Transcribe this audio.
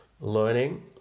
learning